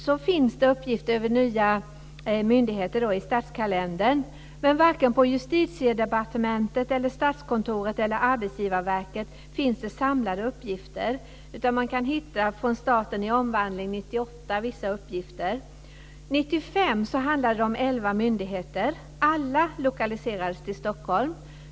Det finns uppgifter över nya myndigheter i Statskalendern, men varken på Justitiedepartementet, Statskontoret eller Arbetsgivarverket finns det samlade uppgifter. Man kan hitta vissa uppgifter i Staten i omvandling 1998. År 1995 handlade det om elva myndigheter. Alla lokaliserades till Stockholm.